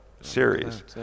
series